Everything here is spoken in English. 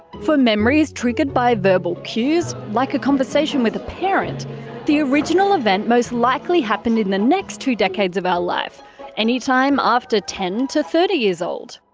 for memories triggered by verbal cues like a conversation with a parent the original event most likely happened in the next two decades of our life anytime after ten to thirty years old.